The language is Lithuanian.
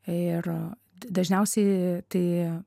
ir dažniausiai tai